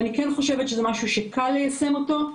אני כן חושבת שזה משהו שקל ליישם אותו.